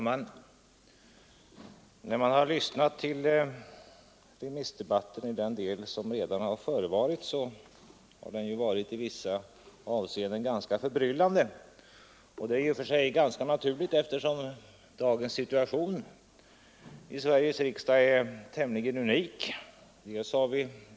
Herr talman! Den del av remissdebatten som redan förevarit har i vissa avseenden varit ganska förbryllande. Det är i och för sig rätt naturligt, eftersom dagens situation i Sveriges riksdag är tämligen unik.